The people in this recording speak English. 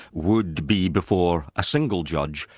would be before a single judge,